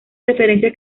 referencias